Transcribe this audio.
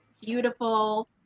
beautiful